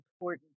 important